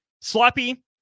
Sloppy